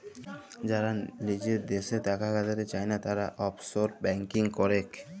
যারা লিজের দ্যাশে টাকা খাটাতে চায়না, তারা অফশোর ব্যাঙ্কিং করেক